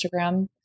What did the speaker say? Instagram